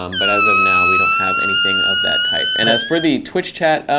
um but as of now, we don't have anything of that type. and as for the twitch chat